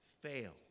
fail